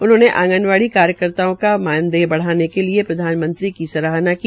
उन्होनें आंगनवाड़ी कार्यकर्ताओं का मानदेय बढाने के लिये प्रधानमंत्री की सराहना की